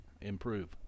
improve